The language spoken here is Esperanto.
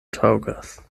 taŭgas